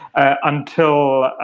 ah until